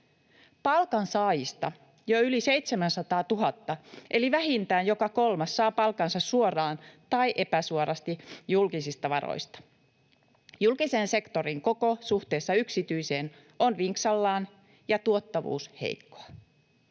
Palkansaajista jo yli 700 000 eli vähintään joka kolmas saa palkkansa suoraan tai epäsuorasti julkisista varoista. Julkisen sektorin koko suhteessa yksityiseen on vinksallaan ja tuottavuus heikkoa.